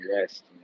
rest